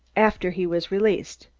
after he was released.